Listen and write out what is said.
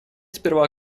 сперва